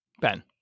Ben